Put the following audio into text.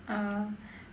uh